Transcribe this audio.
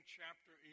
chapter